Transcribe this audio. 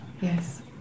yes